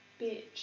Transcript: bitch